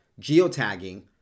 geotagging